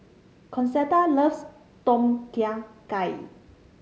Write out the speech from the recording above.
Concetta loves Tom Kha Gai